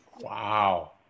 Wow